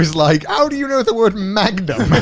like, how do you know what the word magnum?